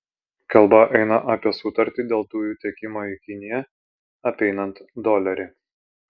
kalba eina apie sutartį dėl dujų tiekimo į kiniją apeinant dolerį